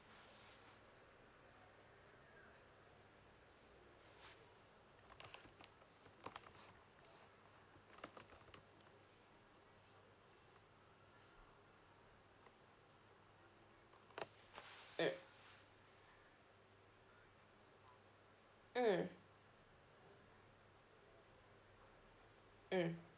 mm mm mm